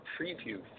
preview